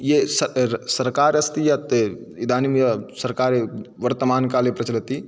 ये स र सर्वकारः अस्ति यत् इदानीं या सर्वकारः वर्तमानकाले प्रचलति